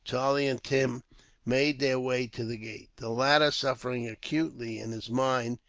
charlie and tim made their way to the gate the latter suffering acutely, in his mind,